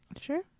Sure